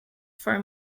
for